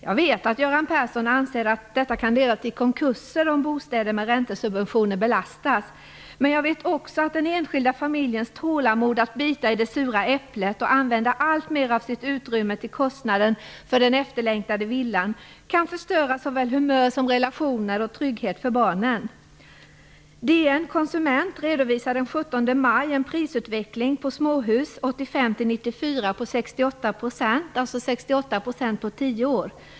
Jag vet att Göran Persson anser att det kan leda till konkurser om bostäder med räntesubventioner belastas. Men jag vet också att den enskilda familjens tålamod att bita i det sura äpplet och använda alltmer av sitt utrymme till kostnaden för den efterlängtade villan kan förstöra såväl humör som relationer och trygghet för barnen. 68 %. Det är alltså 68 % på tio år.